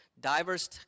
Diverse